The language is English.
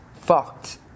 fucked